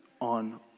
on